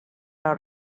out